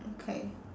okay